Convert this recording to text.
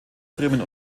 bremen